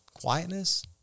quietness